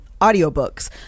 audiobooks